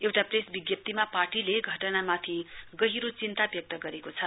एउटा प्रेस विज्ञप्तीमा पार्टीले घटनामाथि गहिरो चिन्ता व्यक्त गरेको छ